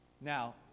Now